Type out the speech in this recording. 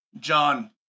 John